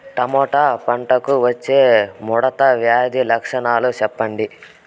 Tomato పంటకు వచ్చే ముడత వ్యాధి లక్షణాలు చెప్పండి?